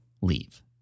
leave